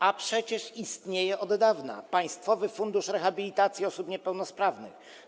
A przecież istnieje od dawna Państwowy Fundusz Rehabilitacji Osób Niepełnosprawnych.